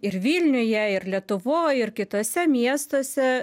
ir vilniuje ir lietuvoj ir kituose miestuose